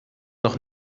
noch